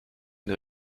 une